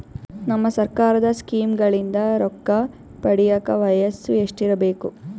ನಮ್ಮ ಸರ್ಕಾರದ ಸ್ಕೀಮ್ಗಳಿಂದ ರೊಕ್ಕ ಪಡಿಯಕ ವಯಸ್ಸು ಎಷ್ಟಿರಬೇಕು?